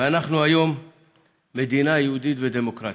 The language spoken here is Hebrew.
ואנחנו היום מדינה יהודית ודמוקרטית.